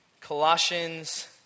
Colossians